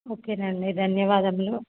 okay అండి ధన్యవాదములు